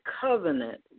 covenant